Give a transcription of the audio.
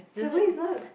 to me is not